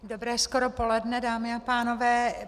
Dobré skoro poledne, dámy a pánové.